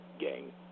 Gang